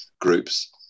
groups